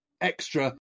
extra